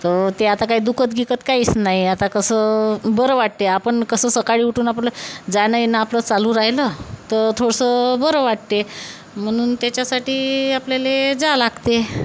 तर ते आता काही दुखत गिकत काहीच नाही आता कसं बरं वाटते आपण कसं सकाळी उठून आपलं जाणं येणं आपलं चालू राहिलं तर थोडंसं बरं वाटते म्हणून त्याच्यासाठी आपल्याला जावं लागते